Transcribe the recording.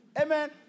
Amen